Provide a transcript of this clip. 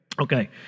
okay